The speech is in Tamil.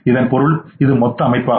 இதன் பொருள் இது மொத்த அமைப்பாகும்